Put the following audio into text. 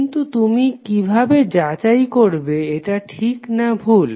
কিন্তু তুমি কিভাবে যাচাই করবে এটা ঠিক না ভুল